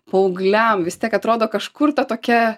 paaugliam vis tiek atrodo kažkur tokia